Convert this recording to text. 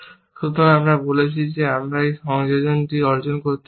সুতরাং আমরা বলছি যে আমরা এই সংযোজনটি অর্জন করতে চাই